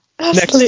Next